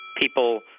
people